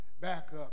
backup